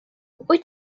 wyt